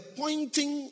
pointing